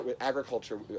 agriculture